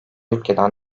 ülkeden